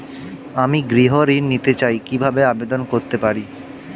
আমি গৃহ ঋণ নিতে চাই কিভাবে আবেদন করতে পারি?